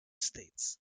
states